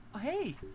Hey